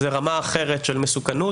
זה רמה אחרת של מסוכנות,